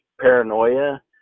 paranoia